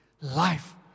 Life